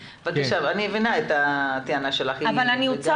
אני מבינה את הטענה שלך --- אבל אני רוצה